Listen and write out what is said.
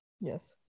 Yes